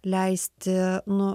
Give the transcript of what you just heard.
leisti nu